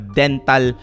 dental